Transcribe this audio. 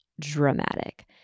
dramatic